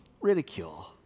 Ridicule